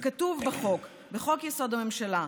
כתוב בחוק, בחוק-יסוד: הממשלה,